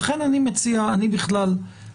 אני כן אומר שיש דיונים --- לי יש